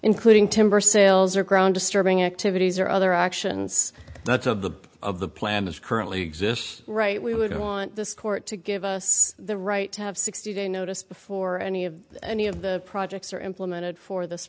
including timber sales or ground disturbing activities or other actions that of the of the plan is currently exists right we would want this court to give us the right to have sixty day notice before any of any of the projects are implemented for this